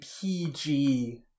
PG